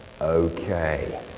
Okay